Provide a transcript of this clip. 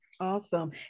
Awesome